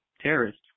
terrorist